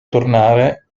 tornare